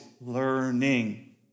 learning